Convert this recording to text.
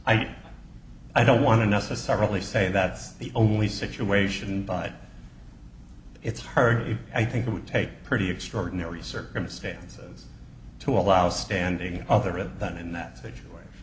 i i don't want to necessarily say that it's the only situation by it's her i think it would take pretty extraordinary circumstances to allow standing in other of that in that situation